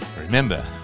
Remember